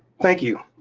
thank you.